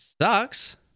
sucks